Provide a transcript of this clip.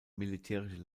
militärische